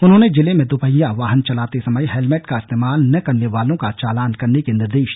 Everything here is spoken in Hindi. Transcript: उन्होंने जिले में दुपहिया वाहन चलाते समय हैलमेट का इस्तेमाल न करने वालों का चालान करने के निर्दे